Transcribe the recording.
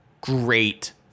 great